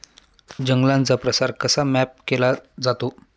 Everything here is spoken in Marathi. जंगलांचा प्रसार कसा मॅप केला जातो?